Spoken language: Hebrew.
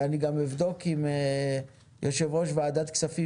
ואני גם אבדוק עם יושב-ראש ועדת הכספים